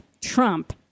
Trump